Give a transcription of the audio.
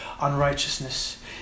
unrighteousness